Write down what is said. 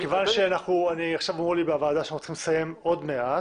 מכוון שעכשיו אמרו לי בוועדה ואנחנו צריכים לסיים עוד מעט,